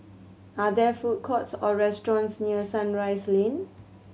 are there food courts or restaurants near Sunrise Lane